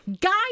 Guys